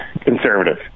conservative